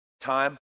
time